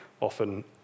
Often